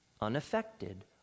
unaffected